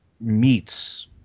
meets